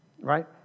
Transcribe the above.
right